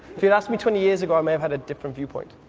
if you asked me twenty years ago i may have had a different viewpoint.